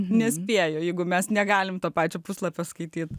nespėju jeigu mes negalim to pačio puslapio skaityti